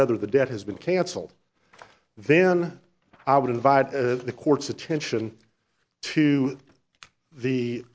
whether the debt has been cancelled then i would invite the court's attention to the